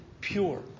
pure